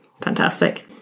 Fantastic